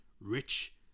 rich